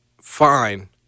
fine